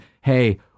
hey